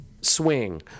swing